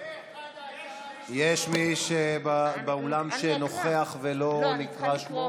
פה אחד ההצעה, יש מישהו באולם שנוכח ולא נקרא שמו?